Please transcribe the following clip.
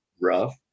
rough